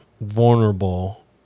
vulnerable